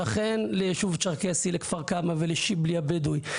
שכן ליישוב צ'רקסי לכפר כמא ולשיבלי הבדואי,